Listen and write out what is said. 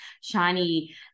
shiny